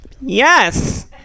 Yes